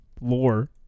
lore